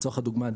לצורך הדוגמה,